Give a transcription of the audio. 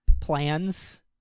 plans